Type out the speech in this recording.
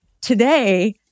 Today